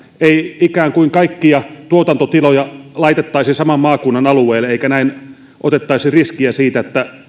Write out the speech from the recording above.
ei ikään kuin kaikkia tuotantotiloja laitettaisi saman maakunnan alueelle eikä näin otettaisi riskiä siitä että